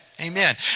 Amen